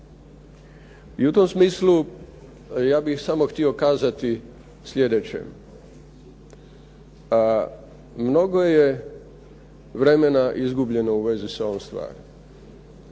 I u tom smislu ja bih samo htio kazati sljedeće. Mnogo je vremena izgubljeno u vezi sa ovom stvari.